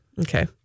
Okay